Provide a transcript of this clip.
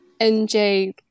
nj